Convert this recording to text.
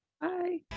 Bye